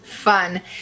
Fun